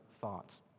thoughts